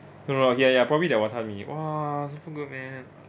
no no here ya probably that wanton mee !wah! is good man